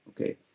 Okay